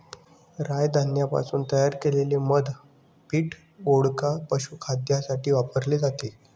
राय धान्यापासून तयार केलेले मद्य पीठ, वोडका, पशुखाद्यासाठी वापरले जाते